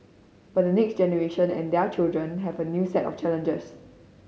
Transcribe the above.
but next generation and their children have a new set of challenges